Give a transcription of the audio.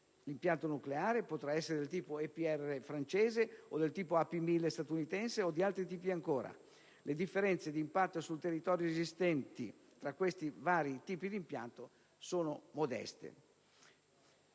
L'impianto nucleare potrà essere del tipo EPR francese o del tipo AP1000 statunitense o di altri tipi ancora; le differenze di impatto sul territorio esistenti tra questi vari tipi d'impianto sono modeste.